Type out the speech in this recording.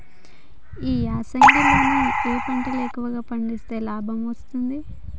ఈ యాసంగి లో ఏ పంటలు ఎక్కువగా పండిస్తే లాభం వస్తుంది?